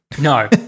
No